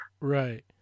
right